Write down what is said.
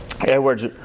Edwards